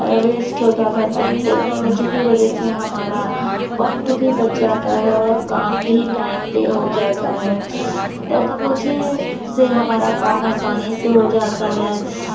waste ہوتا تھا time technology کی وجہ سے ہمارا وقت بھی بچ جاتا ہے اور کام بھی ٹائم پہ ہو جاتا ہے ٹیکنالوجی سے ہمارا کام آسانی سے ہو جاتا ہے